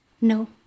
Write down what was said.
No